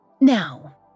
Now